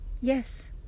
Yes